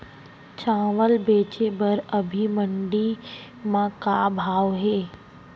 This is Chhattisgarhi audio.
चांवल बेचे बर अभी मंडी म का भाव हे?